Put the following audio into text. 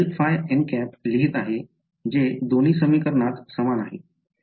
लिहित आहे जे दोन्ही समीकरणात समान आहे